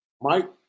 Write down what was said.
Mike